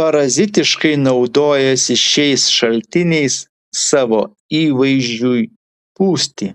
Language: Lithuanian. parazitiškai naudojasi šiais šaltiniais savo įvaizdžiui pūsti